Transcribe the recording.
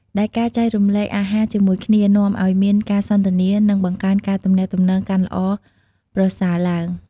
ដែលការចែករំលែកអាហារជាមួយគ្នា នាំឲ្យមានការសន្ទនា និងបង្កើនការទំនាក់ទំនងកាន់ល្អប្រសើរទ្បើង។